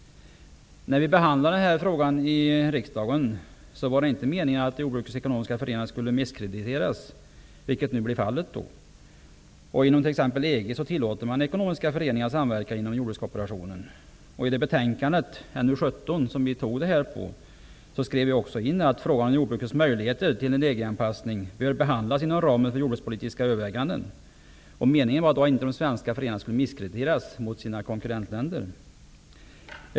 När vi behandlade denna fråga i riksdagen, var det inte meningen att jordbrukets ekonomiska föreningar skulle misskrediteras, vilket nu blir fallet. Inom t.ex. EG tillåter man ekonomiska föreningar att samverka inom jordbrukskooperationen. I näringsutskottets betänkande 1992/93:NU17, som gäller detta ärende, skrev vi också in att ''frågan om t.ex. jordbrukets möjligheter till en EG-anpassning bör behandlas inom ramen för jordbrukspolitiska överväganden''. Meningen var inte att de svenska föreningarna skulle misskrediteras gentemot sina konkurrentländer.